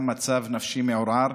גם במצב נפשי מעורער,